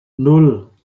nan